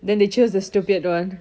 then they chose the stupid one